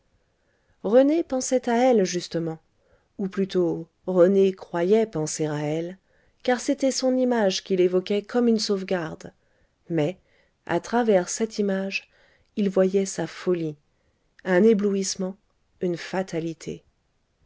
rené pensait à elle justement ou plutôt rené croyait penser à elle car c'était son image qu'il évoquait comme une sauvegarde mais à travers cette image il voyait sa folie un éblouissement une fatalité